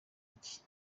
iki